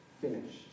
Finish